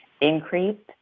increased